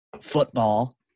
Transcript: football